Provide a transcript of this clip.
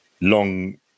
long